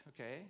okay